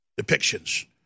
depictions